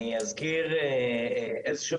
אני אזכיר איזשהו